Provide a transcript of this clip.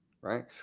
right